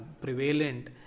prevalent